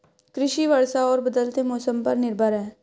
कृषि वर्षा और बदलते मौसम पर निर्भर है